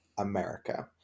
America